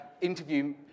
interview